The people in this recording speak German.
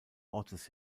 ortes